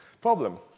problem